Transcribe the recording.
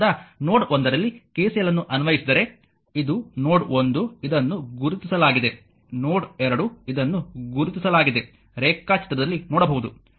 ಆದ್ದರಿಂದ ನೋಡ್ ಒಂದರಲ್ಲಿ KCL ಅನ್ನು ಅನ್ವಯಿಸಿದರೆ ಇದು ನೋಡ್ ಒಂದು ಇದನ್ನು ಗುರುತಿಸಲಾಗಿದೆ ನೋಡ್ ಎರಡು ಇದನ್ನು ಗುರುತಿಸಲಾಗಿದೆ ರೇಖಾಚಿತ್ರದಲ್ಲಿ ನೋಡಬಹುದು